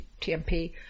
TMP